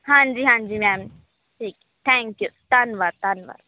ਹਾਂਜੀ ਹਾਂਜੀ ਮੈਮ ਠੀਕ ਥੈਂਕ ਯੂ ਧੰਨਵਾਦ ਧੰਨਵਾਦ